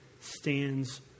stands